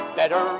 better